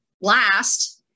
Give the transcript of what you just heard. last